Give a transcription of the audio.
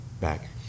back